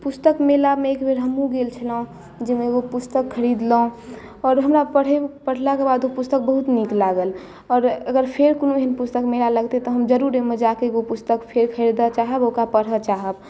पुस्तक मेलामे एक बेर हमहुँ गेल छलहुँ जाहिमे एगो पुस्तक ख़रीदलहुँ आओर हमरा पढ़लाक बाद ओ पुस्तक बहुत नीक लागल आओर अगर फेर कोनो एहन पुस्तक मेला लगते तऽ हम जरूर ओहिमे जाके एगो पुस्तक फेर खरीदऽ चाहब ओकरा पढ़ऽ चाहब